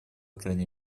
крайней